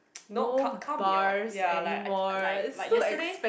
nope count count me out ya like like like yesterday